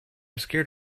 scared